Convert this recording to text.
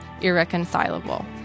irreconcilable